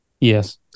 Yes